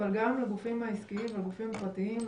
אבל גם לגופים העסקיים והגופים הפרטיים,